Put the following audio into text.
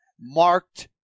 marked